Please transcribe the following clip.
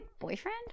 boyfriend